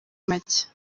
make